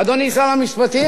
אדוני שר המשפטים,